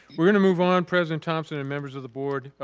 we're gonna move on, president thomson and members of the board,